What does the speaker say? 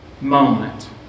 moment